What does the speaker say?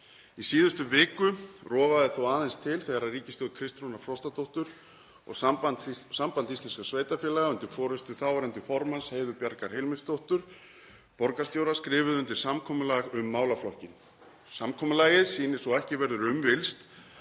Í síðustu viku rofaði þó aðeins til þegar ríkisstjórn Kristrúnar Frostadóttur og Samband íslenskra sveitarfélaga, undir forystu þáverandi formanns, Heiðu Bjargar Hilmarsdóttur borgarstjóra, skrifuðu undir samkomulag um málaflokkinn. Samkomulagið sýnir svo ekki verður um villst